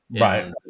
Right